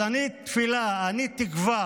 אז אני תפילה, אני תקווה,